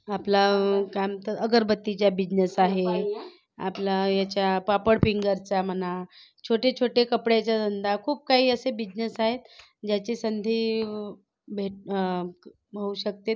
आपला काय म्हणतात अगरबत्तीचा बिजनेस आहे आपला ह्याचा पापड फिंगरचा म्हणा छोटे छोटे कपड्याचा धंदा खूप काही असे बिझनेस आहेत ज्याची संधी भेट होऊ शकते